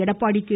Edappadi K